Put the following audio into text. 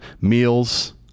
meals